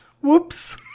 whoops